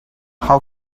how